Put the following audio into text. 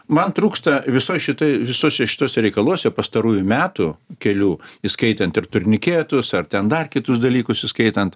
man trūksta visoj šitoj visuose šituose reikaluose pastarųjų metų kelių įskaitant ir turniketus ar ten dar kitus dalykus įskaitant